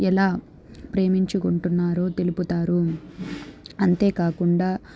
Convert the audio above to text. ఎలా ప్రేమించుకుంటున్నారో తెలుపుతారు అంతేకాకుండా